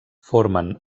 formen